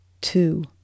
two